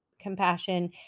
compassion